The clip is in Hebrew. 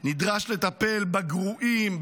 נדרש לטפל בגרועים,